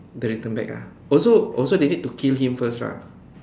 they return back ah oh so oh so they need to kill him first lah